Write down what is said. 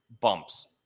bumps